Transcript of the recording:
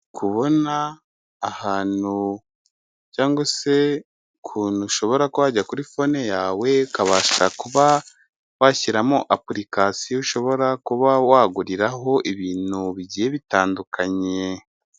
Kubona ahantu cyangwa se ukuntu ushobora kuba wajya kuri pfone yawe, ukabasha kuba washyiramo apurikasiyo, ushobora kuba waguriraho ibintu bigiye bitandukanye.